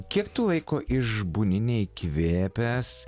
kiek tu laiko išbūni neįkvėpęs